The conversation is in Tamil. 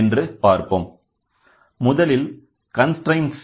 முதலில்கன்ஸ்ரெய்ன்ட்